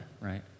right